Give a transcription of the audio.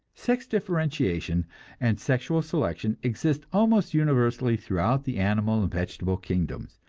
sex differentiation and sexual selection exist almost universally throughout the animal and vegetable kingdoms,